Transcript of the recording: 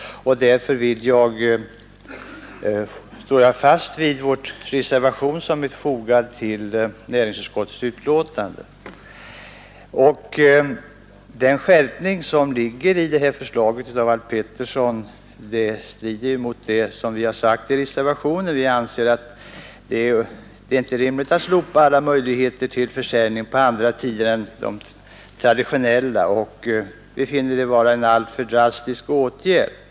Därför står jag fast vid den reservation som vi fogat till näringsutskottets betänkande. Den skärpning som ligger i herr Alf Petterssons förslag strider mot det som vi har anfört i reservationen. Vi anser att det inte är rimligt att slopa alla möjligheter till försäljning på andra tider än de traditionella, och vi finner det vara en alltför drastisk åtgärd.